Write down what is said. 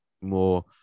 more